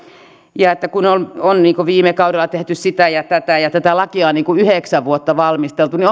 ja että kun on on viime kaudella tehty sitä ja tätä ja tätä lakia on yhdeksän vuotta valmisteltu niin